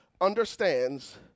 understands